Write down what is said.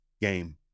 game